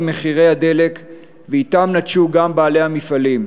מחירי הדלק ואתם נטשו גם בעלי המפעלים.